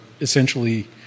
essentially